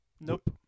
Nope